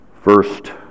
First